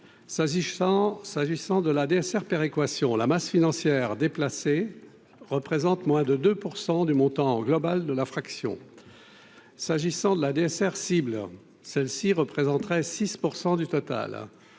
s'agissant de la DSR péréquation la masse financière déplacer représentent moins de 2 % du montant global de la fraction s'agissant de la DSR cible, celle-ci représenterait 6 % du total